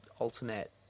ultimate